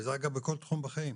וזה אגב בכל תחום בחיים.